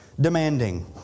demanding